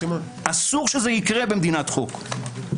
אסור שזה יקרה במדינת חוק.